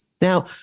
Now